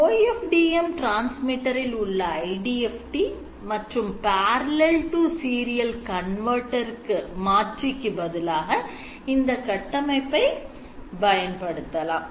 OFDM transmitter இல் உள்ள IDFT மற்றும் parallel to serial மாற்றிக்கு பதிலாக இந்த கட்டமைப்பை பயன்படுத்தலாம்